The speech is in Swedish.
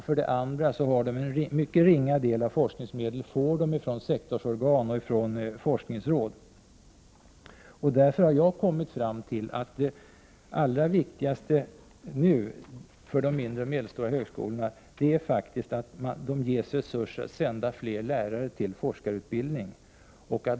För det andra får de en mycket ringa del av sina forskningsmedel ifrån sektorsorgan och forskningsråd. Därför har jag kommit fram till att det allra viktigaste för de mindre och medelstora högskolorna nu faktiskt är att de ges resurser att sända fler lärare på forskarutbildning.